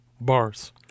Bars